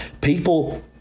People